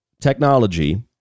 technology